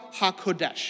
HaKodesh